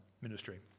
ministry